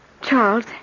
Charles